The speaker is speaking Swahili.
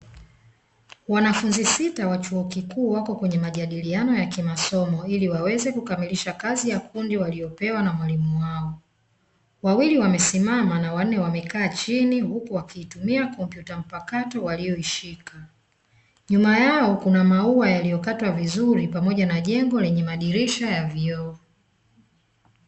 Wanafunzi sita wa chuo kikuu wako kwenye majadiliano ya kimasomo ili waweze kukamilisha kazi ya kundi waliyopewa na mwalimu wao, wawili wamesimama na wanne wamekaa chini huku wakiitumia kompyuta mpakato waliyoishika, nyuma yao kuna mauwa yaliyokatwa vizuri pamoja na jengo lenye madirisha ya vioo.